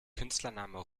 künstlername